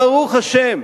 ברוך השם,